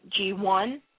G1